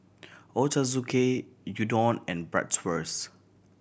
Ochazuke Udon and Bratwurst